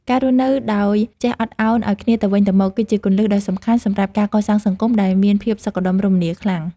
ការរស់នៅដោយចេះអត់ឱនឱ្យគ្នាទៅវិញទៅមក គឺជាគន្លឹះដ៏សំខាន់សម្រាប់ការកសាងសង្គមដែលមានភាពសុខដុមរមនាខ្លាំង។